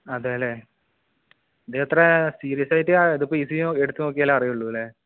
അതെ അല്ലേ ഇത് ഇത്ര സീരിയസ് ആയിട്ട് ഇതിപ്പോൾ ഇ സി ജി എടുത്ത് നോക്കിയാലേ അറിയുള്ളൂ അല്ലേ